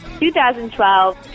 2012